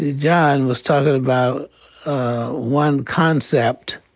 john was talking about one concept.